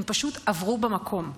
הם פשוט עברו במקום.